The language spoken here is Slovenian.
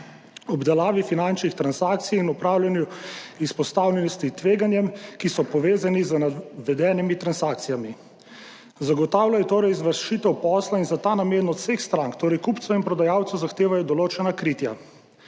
obdelavi finančnih transakcij in upravljanju izpostavljenosti tveganjem, ki so povezani z navedenimi transakcijami. Zagotavljajo torej izvršitev posla in za ta namen od vseh strank, torej kupcev in prodajalcev, zahtevajo določena kritja.